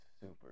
super